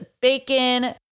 bacon